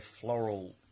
floral